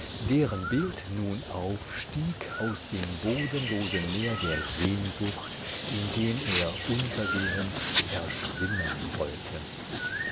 deren bild nun aufstieg aus dem bodenlosen meer der sehnsucht in dem er untergehen verschwimmen wollte